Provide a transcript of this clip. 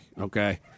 Okay